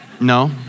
No